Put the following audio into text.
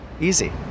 Easy